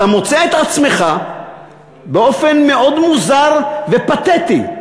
אתה מוצא את עצמך באופן מאוד מוזר ופתטי,